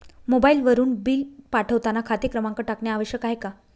मोबाईलवरून बिल पाठवताना खाते क्रमांक टाकणे आवश्यक आहे का?